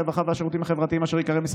הרווחה והשירותים החברתיים,